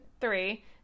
three